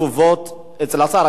תשובות אצל השר.